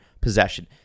possession